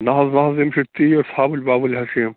نہَ حظ نہَ حظ یِم چھِ تیٖرۍ ژھاوٕلۍ واوٕلۍ حظ چھِ یِم